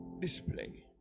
display